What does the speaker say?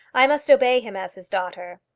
i must obey him as his daughter.